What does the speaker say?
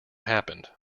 happened